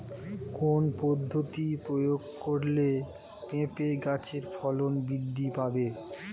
কোন পদ্ধতি প্রয়োগ করলে পেঁপে গাছের ফলন বৃদ্ধি পাবে?